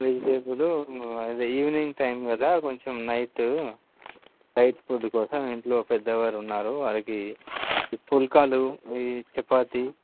vegetable అదే evening time కదా కొంచెం నైటు లైట్ ఫుడ్ కోసం ఇంట్లో పెద్దవాళ్ళు ఉన్నారు వాళ్ళకి ఈ పుల్కాలు ఈ చపాతీ